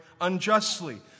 unjustly